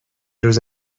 روز